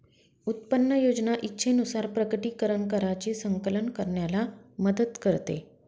उत्पन्न योजना इच्छेनुसार प्रकटीकरण कराची संकलन करण्याला मदत करते